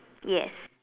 yes